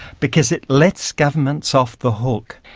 because it lets governments off the hook.